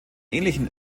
ähnlichen